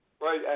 Right